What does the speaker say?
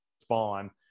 spawn